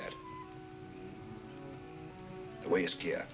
that way scare